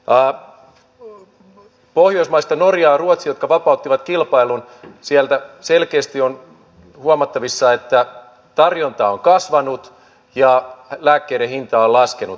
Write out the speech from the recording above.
pohjoismaista norjassa ja ruotsissa jotka vapauttivat kilpailun selkeästi on huomattavissa että tarjonta on kasvanut ja lääkkeiden hinta on laskenut